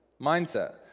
mindset